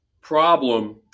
problem